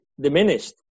diminished